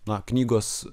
na knygos